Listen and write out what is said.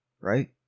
Right